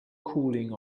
cooling